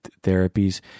therapies